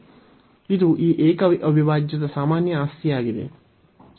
ಇದು ಈ ಏಕ ಅವಿಭಾಜ್ಯದ ಸಾಮಾನ್ಯ ಆಸ್ತಿಯಾಗಿದೆ